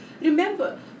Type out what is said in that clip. Remember